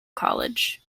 college